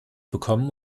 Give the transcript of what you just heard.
bekommen